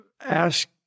ask